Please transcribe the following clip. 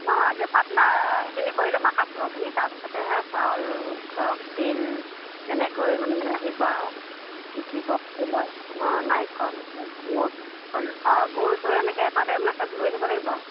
অঁ আগে পাতলা সেইখিনি কৰি ল'ম আৰু কাপোৰৰখিনি তাৰপিছতে সেই চাউল ধৰক তিল এনেকৈ মানে আহিব আৰু কি কি বস্তু লয় অঁ নাৰিকল হওক গুৰ অঁ গুৰ চোৰ এনেকৈ পালে মানে সব লৈ আহিব লাগিব আৰু